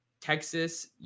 texas